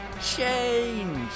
change